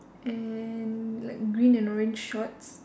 and like green and orange shorts